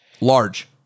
Large